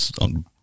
on